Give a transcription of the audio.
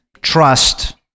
trust